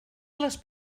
les